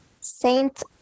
Saint